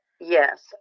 yes